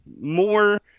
more